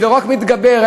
שלא רק שזה מתגבר,